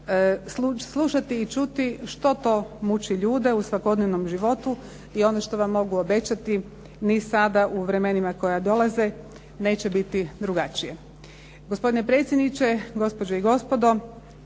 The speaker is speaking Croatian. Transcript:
slušati i čuti što to muči ljude u svakodnevnom životu i ono što vam mogu obećati, ni sada u vremenima koja dolaze neće biti drugačije.